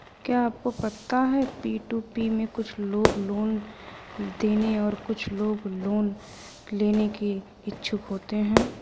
क्या आपको पता है पी.टू.पी में कुछ लोग लोन देने और कुछ लोग लोन लेने के इच्छुक होते हैं?